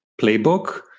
playbook